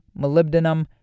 molybdenum